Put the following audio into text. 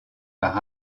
par